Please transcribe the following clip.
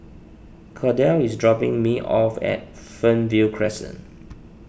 Kordell is dropping me off at Fernvale Crescent